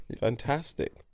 Fantastic